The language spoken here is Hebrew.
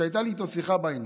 שהייתה לי איתו שיחה בעניין.